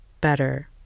better